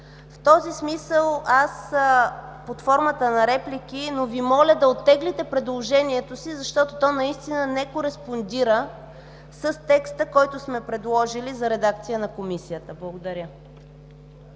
В този смисъл под формата на реплика Ви моля да оттеглите предложението си, защото то наистина не кореспондира с текста, който сме предложили, за редакция на Комисията. Благодаря.